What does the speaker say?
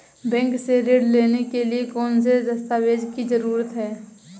Bank से ऋण लेने के लिए कौन से दस्तावेज की जरूरत है?